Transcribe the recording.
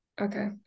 Okay